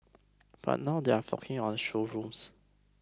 but now they are flocking on showrooms